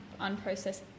unprocessed